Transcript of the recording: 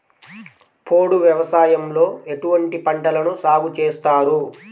పోడు వ్యవసాయంలో ఎటువంటి పంటలను సాగుచేస్తారు?